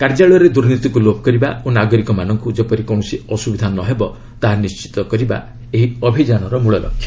କାର୍ଯ୍ୟାଳୟରେ ଦୁର୍ନୀତିକୁ ଲୋପକରିବା ଓ ନାଗରିକମାନଙ୍କୁ ଯେପରି କୌଣସି ଅସ୍ତ୍ରବିଧା ନହେବ ତାହା ନିଶ୍ଚିତ କରିବା ଏହି ଅଭିଯାନର ମଳଲକ୍ଷ୍ୟ